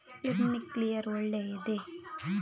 Sprinkler ಒಳ್ಳೇದೇ?